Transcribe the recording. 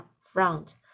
front